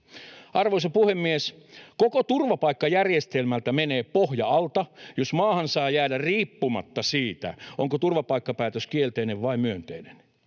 Arvoisa puhemies! Koko turvapaikkajärjestelmältä menee pohja alta, jos maahan saa jäädä riippumatta siitä, onko turvapaikkapäätös kielteinen vai myönteinen.